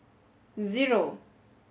zero